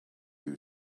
you